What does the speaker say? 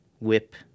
whip